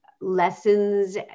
lessons